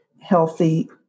healthy